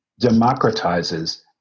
democratizes